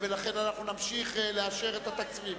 ולכן אנחנו נמשיך לאשר את התקציבים.